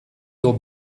your